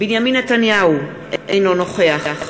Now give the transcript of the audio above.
בנימין נתניהו, אינו נוכח